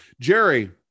Jerry